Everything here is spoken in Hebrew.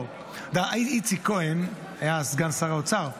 איציק כהן היה סגן שר האוצר,